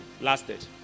lasted